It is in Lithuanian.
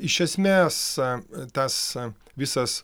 iš esmės tas visas